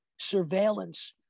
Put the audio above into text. surveillance